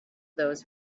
those